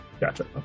gotcha